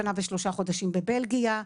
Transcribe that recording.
שנה ושלושה חודשים בבלגיה.